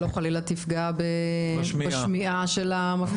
שלא חלילה תפגע בשמיעה של המפגינים.